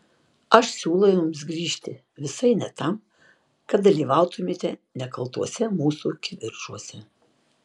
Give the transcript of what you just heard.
aš siūlau jums grįžti visai ne tam kad dalyvautumėte nekaltuose mūsų kivirčuose